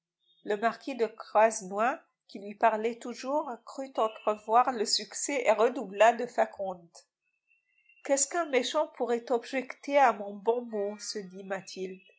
le marquis de croisenois qui lui parlait toujours crut entrevoir le succès et redoubla de faconde qu'est-ce qu'un méchant pourrait objecter à mon bon mot se